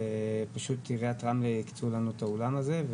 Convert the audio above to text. ופשוט עיריית רמלה הקצו לנו את האולם הזה,